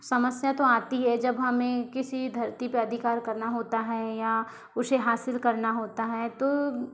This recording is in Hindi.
समस्या तो आती है जब हमें किसी धरती पर अधिकार करना होता है या उसे हासिल करना होता है तो